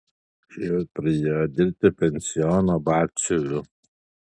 šiemet pradėjo dirbti pensiono batsiuviu